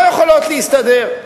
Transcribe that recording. הן לא יכולות להסתדר.